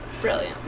brilliant